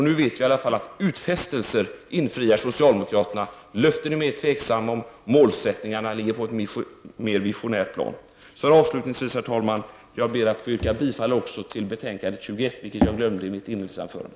Nu vet vi i alla fall att utfästelser infriar socialdemokraterna, löften är mer tveksamma och målsättningar ligger på ett mer visionärt plan. Avslutningsvis ber jag, herr talman, att också få yrka bifall till hemställan i betänkande 21, vilket jag glömde i mitt inledningsanförande.